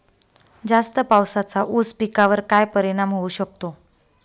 जास्त पावसाचा ऊस पिकावर काय परिणाम होऊ शकतो?